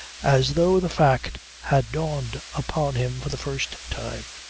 as though the fact had dawned upon him for the first time.